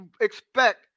expect